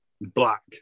black